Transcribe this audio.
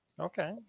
Okay